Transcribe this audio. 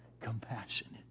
compassionate